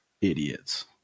idiots